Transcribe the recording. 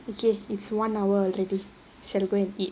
okay it's one hour already we shall go and eat